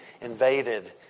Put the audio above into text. invaded